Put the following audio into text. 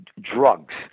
drugs